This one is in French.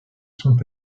sont